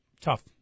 Tough